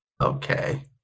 Okay